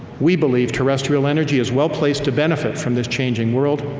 we believe terrestrial energy is well placed to benefit from this changing world,